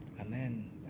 Amen